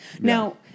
Now